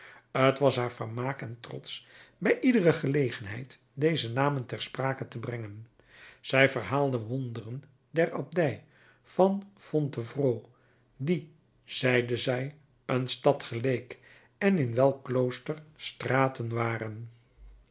t was haar vermaak en trots bij iedere gelegenheid deze namen ter sprake te brengen zij verhaalde wonderen der abdij van fontevrault die zeide zij een stad geleek en in welk klooster straten waren